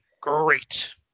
great